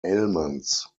ailments